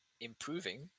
improving